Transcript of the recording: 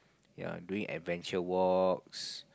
yea doing adventure walks